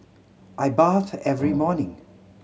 I bathe every morning